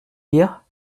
dire